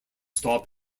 stop